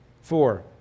Four